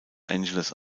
angeles